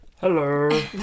Hello